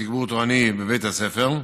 תגבור תורני בבית ספר,